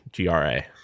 GRA